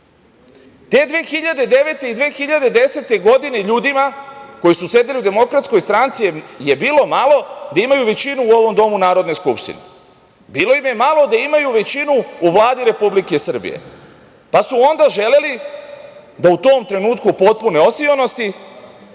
2009. i 2010. godine ljudima koji su sedeli u DS je bilo malo da imaju većinu u ovom domu Narodne skupštine. Bilo im je malo da imaju većinu u Vladi Republike Srbije, pa su onda želeli da se u tom trenutku potpune osionosti